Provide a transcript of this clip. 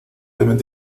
también